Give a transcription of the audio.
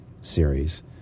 series